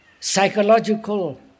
Psychological